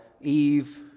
Eve